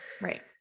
Right